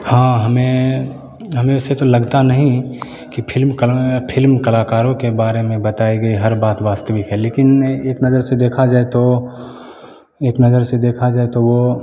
हाँ हमें हमें ऐसे तो लगता नहीं कि फिल्म कल में फिल्म कलाकारों के बारे में बताई गई हर बात वास्तविक है लेकिन ए एक नजर से देखा जाए तो एक नजर से देखा जाए तो वो